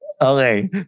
Okay